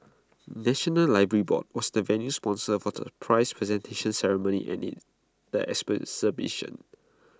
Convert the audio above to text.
National Library board was the venue sponsor for the prize presentation ceremony and IT the